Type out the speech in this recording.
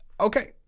Okay